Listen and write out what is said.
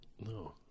No